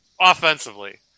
offensively